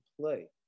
play